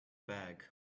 bag